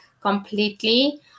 completely